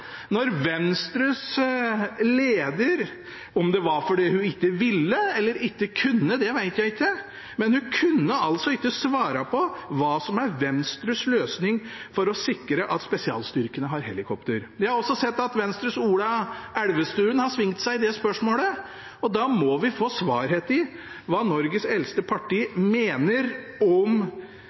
når Venstres leder – om det var fordi hun ikke ville eller ikke kunne, vet jeg ikke – ikke kunne svare på hva som er Venstres løsning for å sikre at spesialstyrkene har helikopter. Jeg har også sett at Venstres Ola Elvestuen har svingt seg i det spørsmålet. Vi må få klarhet i hva Norges eldste parti mener om